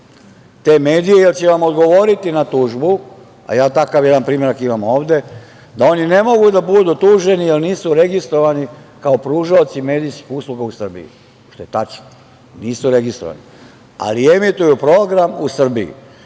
te medije jer će vam odgovoriti na tužbu, a ja takav jedan primerak imam ovde, da oni ne mogu da budu tuženi jer nisu registrovani kao pružaoci medijskih usluga u Srbiji, što je tačno. To je tačno, nisu registrovani, ali emituju program u Srbiji.